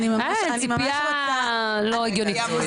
ציפייה לא הגיונית.